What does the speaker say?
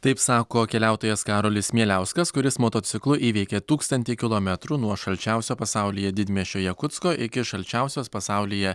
taip sako keliautojas karolis mieliauskas kuris motociklu įveikė tūkstantį kilometrų nuo šalčiausio pasaulyje didmiesčio jakutsko iki šalčiausios pasaulyje